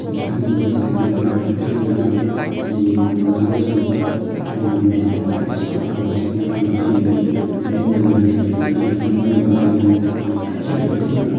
ꯃꯐꯝ ꯑꯗꯨꯗ ꯆꯠꯂꯒ ꯑꯩꯈꯣꯏꯅ ꯍꯛꯊꯦꯡꯅꯅ ꯌꯦꯡꯉꯨꯗ꯭ꯔꯒꯁꯨ ꯑꯩꯈꯣꯏꯅ ꯃꯣꯕꯥꯏꯜ ꯐꯣꯟ ꯏ꯭ꯁꯃꯥꯔꯠ ꯐꯣꯟ ꯑꯁꯤꯒꯤ ꯃꯇꯦꯡꯗꯒꯤ ꯌꯨꯝꯗ ꯂꯩꯅ ꯂꯩꯅ ꯑꯩꯒꯤ ꯐꯃꯨꯡꯗ ꯂꯩꯅ ꯂꯩꯅ ꯍꯤꯞꯅ ꯍꯤꯞꯅ